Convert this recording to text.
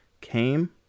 came